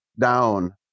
down